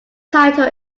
title